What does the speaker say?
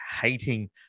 hating